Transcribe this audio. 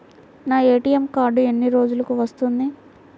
నా ATM card ఎన్ని రోజులకు వస్తుంది?